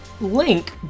Link